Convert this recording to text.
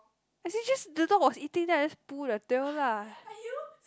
actually just the dog was eating then I just pull the tail lah